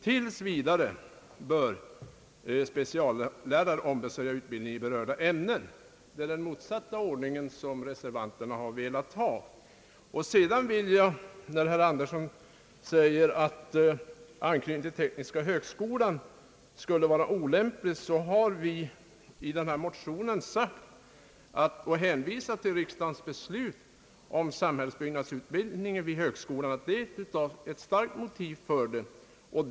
Tills vidare bör — såsom kommittén föreslagit — speciallärare ombesörja utbildningen i berörda ämnen.» Reservanterna vill ha den motsatta ordningen. När herr Axel Andersson säger att anknytningen till tekniska högskolan skulle vara olämplig, vill jag nämna att vi i vår motion hänvisar till riksdagens beslut om samhällsbyggnadsutbildningen vid högskolan som ett starkt motiv för den.